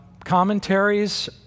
commentaries